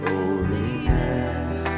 Holiness